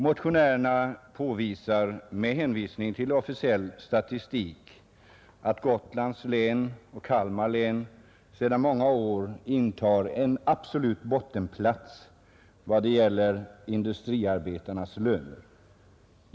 Motionärerna fastslår med hänvisning till officiell statistik att Gotlands län och Kalmar län sedan många år intar en absolut bottenplats vad gäller industriarbetarnas löner.